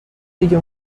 دیگه